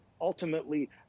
ultimately